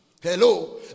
Hello